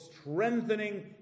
strengthening